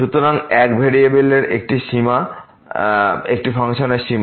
সুতরাং এক ভেরিয়েবলের একটি ফাংশনের সীমা